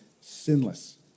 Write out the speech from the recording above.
sinless